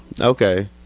Okay